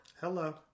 Hello